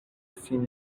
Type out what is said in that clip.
sin